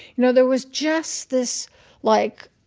know, there was just this like,